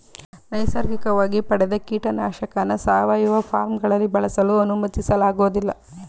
ನೈಸರ್ಗಿಕವಾಗಿ ಪಡೆದ ಕೀಟನಾಶಕನ ಸಾವಯವ ಫಾರ್ಮ್ಗಳಲ್ಲಿ ಬಳಸಲು ಅನುಮತಿಸಲಾಗೋದಿಲ್ಲ